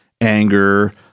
anger